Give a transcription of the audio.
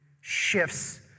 shifts